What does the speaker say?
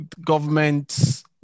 government's